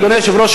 אדוני היושב-ראש,